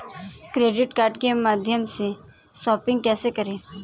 Credit card के माध्यम से शॉपिंग कैसे करें?